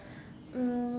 um